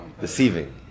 deceiving